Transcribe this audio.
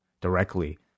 directly